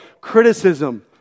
criticism